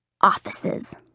offices